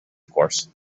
course